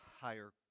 higher